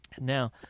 Now